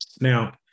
Now